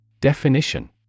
Definition